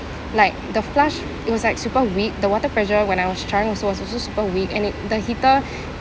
like the flush it was like super weak the water pressure when I was trying also it was also super weak and it the heater